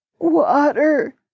Water